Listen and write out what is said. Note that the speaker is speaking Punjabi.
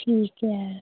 ਠੀਕ ਹੈ